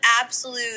absolute